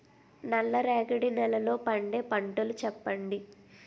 నల్ల రేగడి నెలలో పండే పంటలు చెప్పండి?